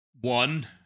One